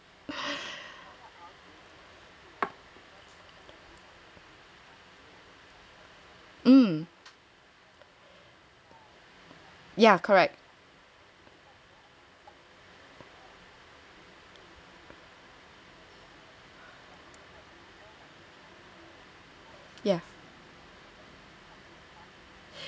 ya correct